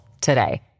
today